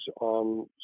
on